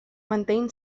maintain